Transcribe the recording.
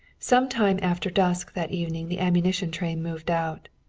sometime after dusk that evening the ammunition train moved out.